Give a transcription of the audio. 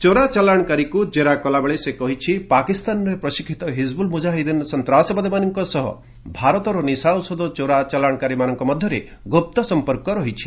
ଚୋରା ଚାଲାଶକାରୀକୁ ଜେରା କଲାବେଳେ ସେ କହିଛି ପାକିସ୍ତାନରେ ପ୍ରଶିକ୍ଷିତ ହିଜିବୁଲ୍ ମୁଜାହିଦିନ ସଂତ୍ରାସବାଦୀମାନଙ୍କ ସହ ଭାରତର ନିଶା ଔଷଧ ଚୋରା ଚାଲାଶକାରୀମାନଙ୍କ ମଧ୍ୟରେ ଗୁପ୍ତ ସଂପର୍କ ରହିଛି